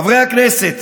חברי הכנסת,